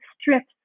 strips